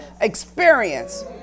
experience